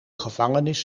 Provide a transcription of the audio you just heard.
gevangenis